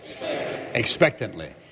Expectantly